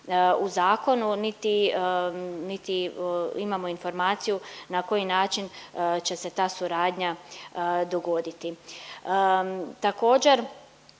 u zakonu, niti, niti imamo informaciju na koji način će se ta suradnja dogoditi.